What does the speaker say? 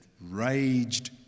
raged